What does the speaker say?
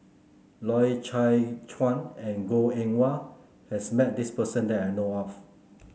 Loy Chye Chuan and Goh Eng Wah has met this person that I know of